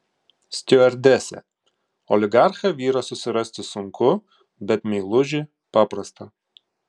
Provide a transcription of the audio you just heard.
stiuardesė oligarchą vyrą susirasti sunku bet meilužį paprasta